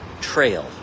Trail